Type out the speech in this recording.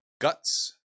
Guts